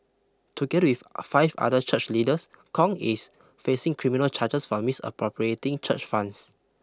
together with five other church leaders Kong is facing criminal charges for misappropriating church funds